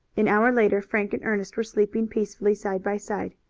an hour later frank and ernest were sleeping peacefully side by side.